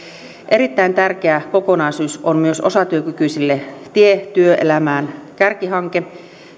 erittäin tärkeä kokonaisuus on myös osatyökykyisille tie työelämään kärkihanke